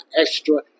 extra